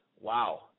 Wow